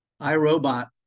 iRobot